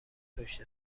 پشت